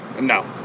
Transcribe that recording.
No